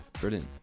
brilliant